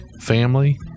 family